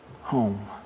home